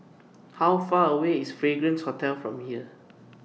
How Far away IS Fragrance Hotel from here